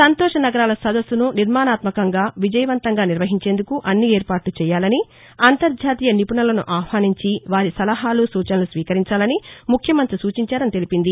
సంతోష నగరాల సదస్సును నిర్మాణాత్మకంగా విజయవంతంగా నిర్వహించేందుకు అన్ని ఏర్పాట్ల చేయాలని అంతర్జాతీయ నిపుణులను ఆహ్వానించి వారి సలహాలు సూచనలు స్వీకరించాలని ముఖ్యమంత్రి సూచించారని తెలిపింది